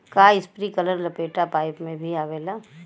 का इस्प्रिंकलर लपेटा पाइप में भी आवेला?